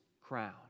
crown